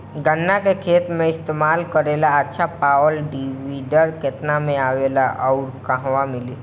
गन्ना के खेत में इस्तेमाल करेला अच्छा पावल वीडर केतना में आवेला अउर कहवा मिली?